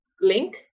link